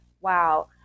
wow